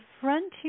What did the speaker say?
frontier